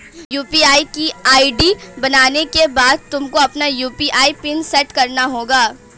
UPI की ID बनाने के बाद तुमको अपना यू.पी.आई पिन सैट करना होगा